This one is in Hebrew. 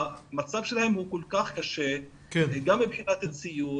המצב שלהם הוא כל כך קשה גם מבחינת ציוד,